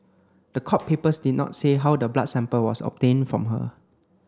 the court papers did not say how the blood sample was obtained from her